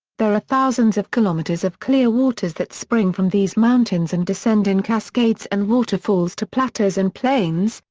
there are thousands of kilometers of clear waters that spring from these mountains and descend in cascades and waterfalls to plateaus and plains,